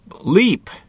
leap